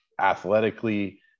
athletically